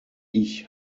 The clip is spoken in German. ich